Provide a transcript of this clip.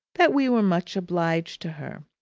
that we were much obliged to her.